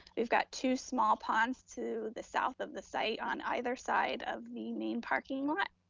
we've got two small ponds to the south of the site on either side of the main parking lot.